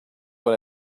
what